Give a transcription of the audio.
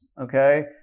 okay